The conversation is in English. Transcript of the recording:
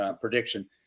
prediction